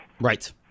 Right